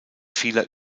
vieler